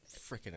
freaking